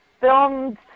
filmed